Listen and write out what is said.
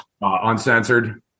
Uncensored